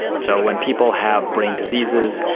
so when people have brain diseases,